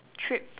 trip